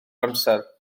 amser